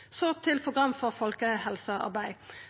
Så til programmet for folkehelsearbeid: